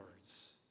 words